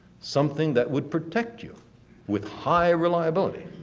something that would protect you with high reliability.